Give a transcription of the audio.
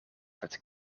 het